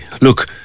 look